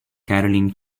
caroline